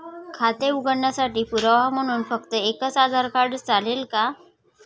खाते उघडण्यासाठी पुरावा म्हणून फक्त एकच आधार कार्ड चालेल का?